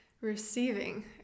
receiving